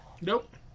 Nope